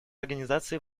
организации